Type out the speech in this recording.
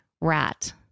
rat